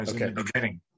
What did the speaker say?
Okay